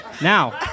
now